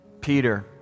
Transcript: Peter